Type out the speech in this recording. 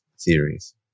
theories